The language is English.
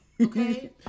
Okay